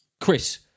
Chris